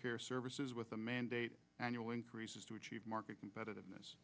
care services with a mandate annual increases to achieve market competitiveness